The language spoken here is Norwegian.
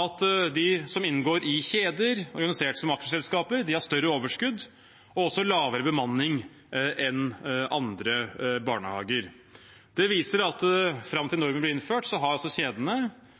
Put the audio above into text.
at de som inngår i kjeder organisert som aksjeselskaper, har større overskudd og også lavere bemanning enn andre barnehager. Det viser at fram til normen ble innført, har kjedene